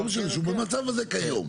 לא משנה, שהוא במצב כיום.